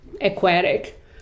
aquatic